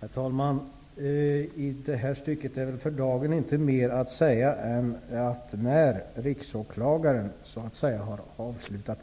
Herr talman! I det här stycket är väl för dagen inte mer att säga än att det här